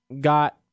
got